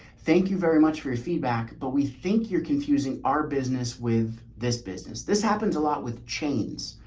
thank you very much for your feedback, but we think you're confusing our business with this business. this happens a lot with chains,